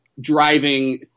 driving